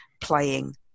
playing